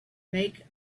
make